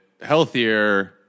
healthier